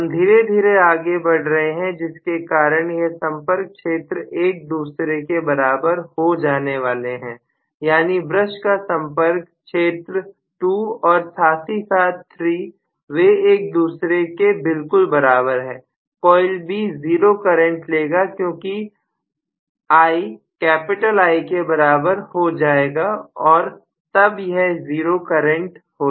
हम धीरे धीरे आगे बढ़ रहे हैं जिसके कारण यह संपर्क क्षेत्र एक दूसरे के बराबर हो जाने वाले हैं यानी ब्रश का संपर्क क्षेत्र 2 और साथ ही 3 वे एक दूसरे के बिल्कुल बराबर हैं कॉइल B 0 करंट लेगा क्योंकि i कैपिटल I के बराबर हो जाएगा और तब यह 0 करंट हो जाएगा